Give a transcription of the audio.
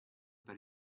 per